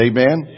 Amen